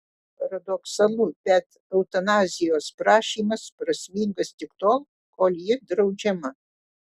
paradoksalu bet eutanazijos prašymas prasmingas tik tol kol ji draudžiama